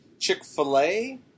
Chick-fil-A